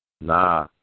Nah